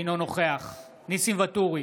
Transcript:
אינו נוכח ניסים ואטורי,